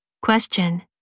Question